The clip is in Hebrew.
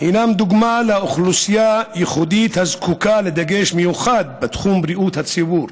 הינם דוגמה לאוכלוסייה ייחודית הזקוקה לדגש מיוחד בתחום בריאות הציבור.